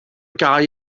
gau